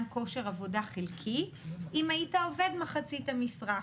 כושר עבודה חלקי אם היית עובד מחצית המשרה.